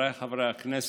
חבריי חברי הכנסת,